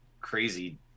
crazy